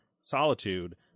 solitude